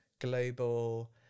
global